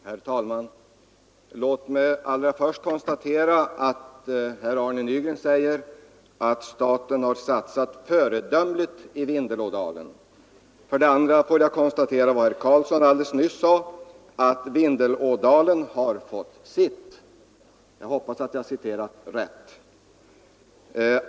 Herr talman! För det första vill jag konstatera att herr Nygren säger att staten har satsat föredömligt i Vindelådalen. För det andra konstaterar jag att her Karlsson i Huskvarna säger att Vindelådalen har fått sitt — jag hoppas att jag citerar rätt.